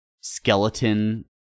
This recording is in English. skeleton